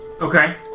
Okay